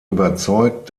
überzeugt